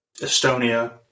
Estonia